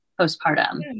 postpartum